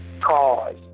cause